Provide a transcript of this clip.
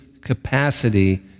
capacity